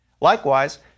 Likewise